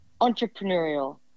entrepreneurial